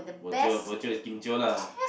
bo jio bo jio is kim jio lah